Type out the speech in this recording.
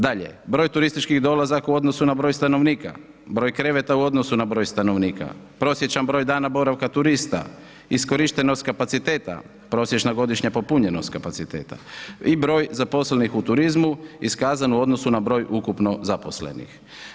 Dalje, broj turističkih dolazaka u odnosu na broj stanovnika, broj kreveta u odnosu na broj stanovnika, prosječan broj dana boravka turista, iskorištenost kapaciteta, prosječna godišnja popunjenost kapaciteta i broj zaposlenih u turizmu iskazan u odnosu na broj ukupno zaposlenih.